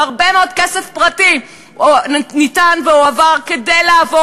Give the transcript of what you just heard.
והרבה מאוד כסף פרטי ניתן והועבר כדי לעבור